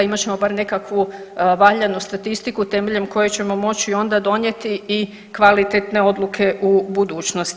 Imat ćemo bar nekakvu valjanu statistiku temeljem koje ćemo moći onda donijeti i kvalitetne odluke u budućnosti.